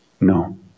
No